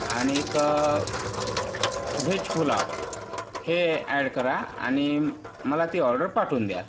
आणि एक व्हेज पुलाव हे अॅड करा आणि मग मला ती ऑर्डर पाठवून द्या